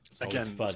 Again